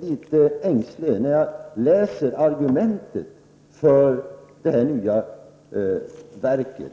litet ängslig när jag läser argumenten för det nya verket.